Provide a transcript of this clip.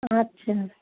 আচ্ছা